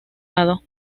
lado